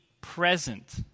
present